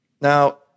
Now